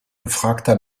gefragter